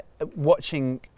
watching